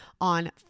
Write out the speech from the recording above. on